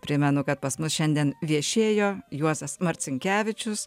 primenu kad pas mus šiandien viešėjo juozas marcinkevičius